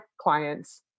clients